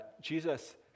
Jesus